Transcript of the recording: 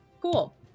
Cool